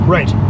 Right